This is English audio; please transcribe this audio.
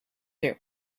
you